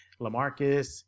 LaMarcus